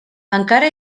encara